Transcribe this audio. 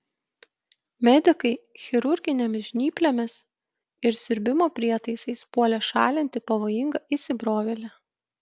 medikai chirurginėmis žnyplėmis ir siurbimo prietaisais puolė šalinti pavojingą įsibrovėlį